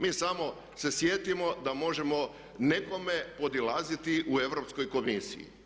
Mi samo se sjetimo da možemo nekome podilaziti u Europskoj komisiji.